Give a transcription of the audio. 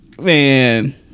man